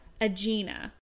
Agena